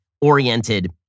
oriented